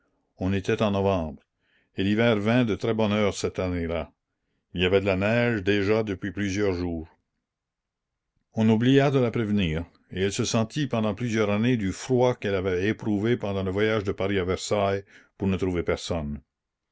on était en novembre et l'hiver vint de très bonne heure cette année-là il y avait de la neige déjà depuis plusieurs jours on oublia de la prévenir et elle se sentit pendant plusieurs années du froid qu'elle avait éprouvé pendant le voyage de paris à versailles pour ne trouver personne